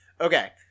okay